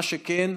מה שכן,